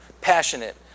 passionate